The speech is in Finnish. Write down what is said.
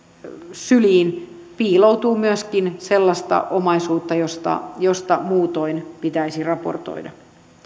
syliin piiloutuu myöskin sellaista omaisuutta josta josta muutoin pitäisi raportoida